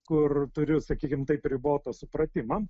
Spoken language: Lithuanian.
kur turiu sakykim taip ribotą supratimą